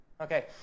Okay